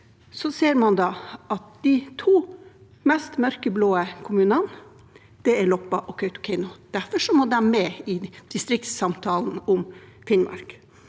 ser man at de to mest mørkeblå kommunene er Loppa og Kautokeino. Derfor må de være med i distriktssamtalen om Finnmark.